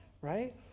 right